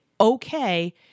okay